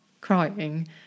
crying